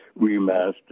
remastered